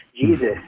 Jesus